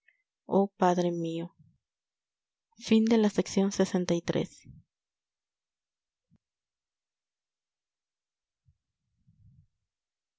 oh padre mío